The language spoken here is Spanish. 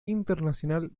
internacional